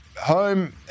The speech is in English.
home